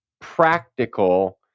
practical